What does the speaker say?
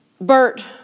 Bert